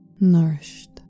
nourished